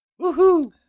Woohoo